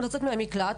לצאת מהמקלט,